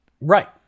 Right